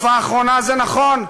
בתקופה האחרונה זה נכון.